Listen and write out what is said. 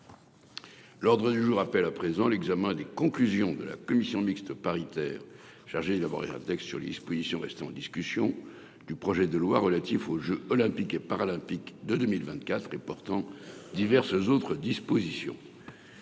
L'ordre du jour appelle l'examen des conclusions de la commission mixte paritaire chargée d'élaborer un texte sur les dispositions restant en discussion du projet de loi relatif aux jeux Olympiques et Paralympiques de 2024 et portant diverses autres dispositions